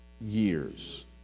years